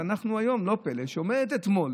ולא פלא שעומדת אתמול